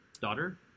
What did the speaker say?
daughter